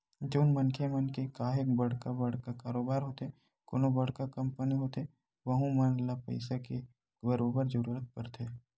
जउन मनखे मन के काहेक बड़का बड़का कारोबार होथे कोनो बड़का कंपनी होथे वहूँ मन ल पइसा के बरोबर जरूरत परथे